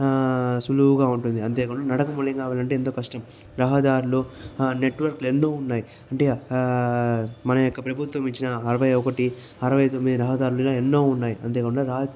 సులువుగా ఉంటుంది అంతే కాకుండా నడక మార్గంగా వెళ్లాలంటే ఎంతో కష్టం రహదారులు ఆ నెట్వర్క్లు ఎన్నో ఉన్నాయి అంటే మన యొక్క ప్రభుత్వం ఇచ్చిన అరవై ఒకటి అరవై తొమ్మిది రహదారులు ఎన్నో ఉన్నాయి అంతేకాకుండా